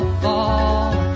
fall